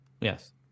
Yes